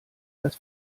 das